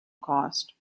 cost